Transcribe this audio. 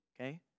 okay